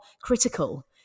critical